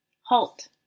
HALT